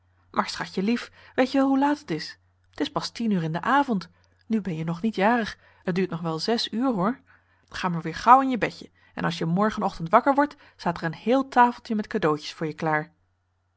maar schatjelief weet je wel hoe laat t is t is pas tien uur in den avond nu ben je nog niet jarig het duurt nog wel zes uur hoor ga maar weer gauw in je bedje en als je morgen ochtend wakker wordt staat er een heel tafeltje met cadeautjes voor je klaar